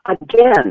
again